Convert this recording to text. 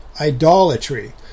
idolatry